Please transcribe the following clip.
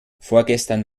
vorgestern